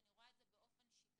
ואני רואה את זה באופן שיטתי